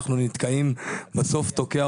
בואו נבין שכולנו